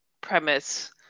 premise